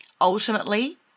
Ultimately